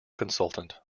consultant